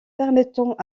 permettant